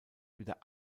wieder